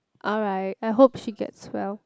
alright I hope she gets well